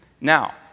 Now